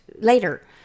later